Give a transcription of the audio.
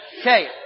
Okay